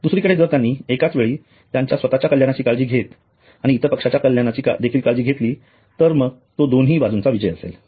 दुसरीकडे जर त्यांनी एकाच वेळी त्यांच्या स्वतच्या कल्याणाची काळजी घेत आणि इतर पक्षाच्या कल्याणाची देखील काळजी घेतली तर तो दोन्ही बाजूंचा विजय असेल